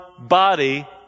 body